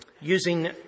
using